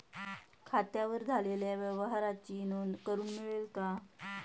खात्यावर झालेल्या व्यवहाराची नोंद करून मिळेल का?